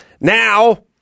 Now